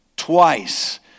Twice